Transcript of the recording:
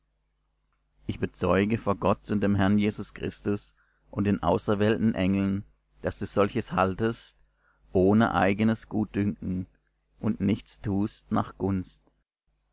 ich bezeuge vor gott und dem herrn jesus christus und den auserwählten engeln daß du solches haltest ohne eigenes gutdünken und nichts tust nach gunst